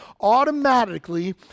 automatically